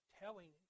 telling